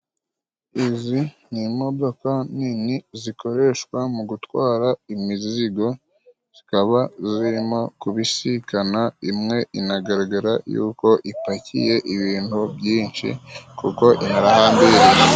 Izi ni imodoka nini zikoreshwa mu gutwara imizigo. Zikaba zirimo kubisikana imwe inagaragara yuko ipakiye ibintu byinshi kuko imihanda ya...